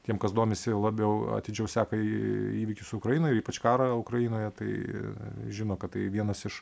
tiem kas domisi labiau atidžiau seka įvykius ukrainoj ir ypač karą ukrainoje tai žino kad tai vienas iš